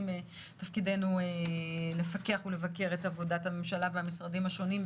ותפקידנו גם לפקח ולבקר את עבודת הממשלה והמשרדים השונים.